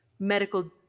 medical